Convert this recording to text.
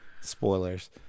Spoilers